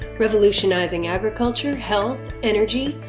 revolutionizing agriculture, health, energy,